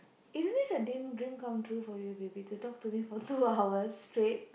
isn't this a dr~ dream come true for you baby to talk to me for two hours straight